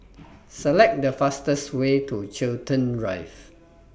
Select The fastest Way to Chiltern Drive